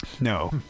No